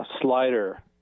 slider